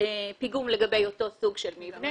פיגום לגבי אותו סוג של מבנה,